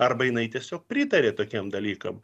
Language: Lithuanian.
arba jinai tiesiog pritaria tokiem dalykam